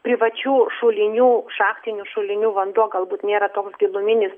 privačių šulinių šachtinių šulinių vanduo galbūt nėra toks giluminis